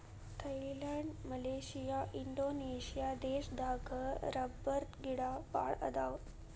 Thailand Malaysia Indonesia ದೇಶದಾಗ ರಬ್ಬರಗಿಡಾ ಬಾಳ ಅದಾವ